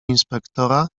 inspektora